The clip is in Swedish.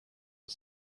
att